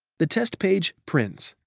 the test page prints.